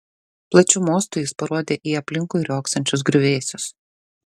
plačiu mostu jis parodė į aplinkui riogsančius griuvėsius